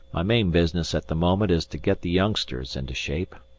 my main business at the moment is to get the youngsters into shape,